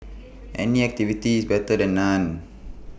any activity is better than none